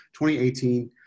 2018